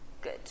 Good